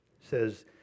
says